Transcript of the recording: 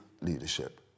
leadership